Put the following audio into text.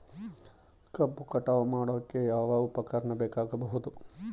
ಕಬ್ಬು ಕಟಾವು ಮಾಡೋಕೆ ಯಾವ ಉಪಕರಣ ಬೇಕಾಗಬಹುದು?